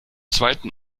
zweiten